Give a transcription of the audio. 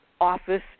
office